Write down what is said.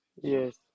Yes